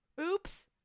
Oops